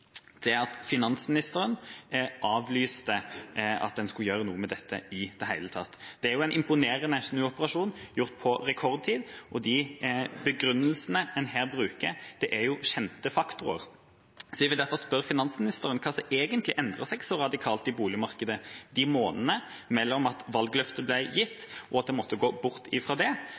finansministeren avlyste at en skulle gjøre noe med dette i det hele tatt. Det var en imponerende snuoperasjon gjort på rekordtid, og de begrunnelsene en her bruker, er jo kjente faktorer. Jeg vil derfor spørre finansministeren hva som egentlig endret seg så radikalt i boligmarkedet i de månedene mellom da valgløftet ble gitt og til en måtte gå bort fra det?